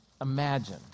imagine